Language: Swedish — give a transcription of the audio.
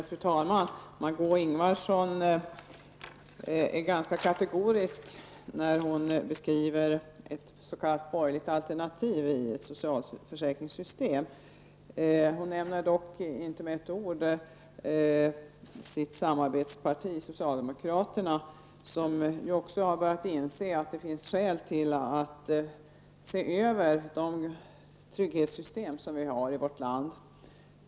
Fru talman! Margó Ingvardsson var ganska kategorisk när hon beskrev ett s.k. borgerligt alternativ i ett socialförsäkringssystem. Hon nämnde dock inte med ett ord det parti som hon har samarbetat med, socialdemokraterna, som ju också har börjat inse att det finns skäl att se över det trygghetssystem som vi har i vårt land.